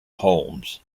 holmes